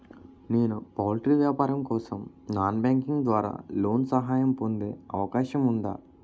నేను పౌల్ట్రీ వ్యాపారం కోసం నాన్ బ్యాంకింగ్ ద్వారా లోన్ సహాయం పొందే అవకాశం ఉందా?